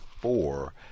four